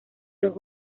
los